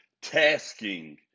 tasking